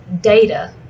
data